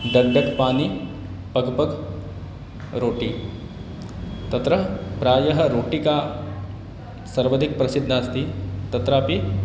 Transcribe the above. Doug डग् पानि पग् पग् रोटी तत्र प्रायः रोटिका सर्वाधिका प्रसिद्धा अस्ति तत्रापि